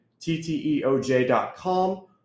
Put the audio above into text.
tteoj.com